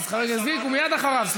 חבר הכנסת גליק, ומייד אחריו.